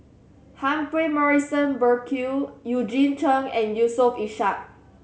Humphrey Morrison Burkill Eugene Chen and Yusof Ishak